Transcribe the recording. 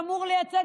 שאמור לייצג,